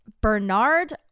bernard